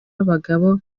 abagabo